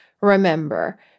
Remember